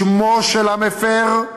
שם המפר,